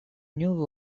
new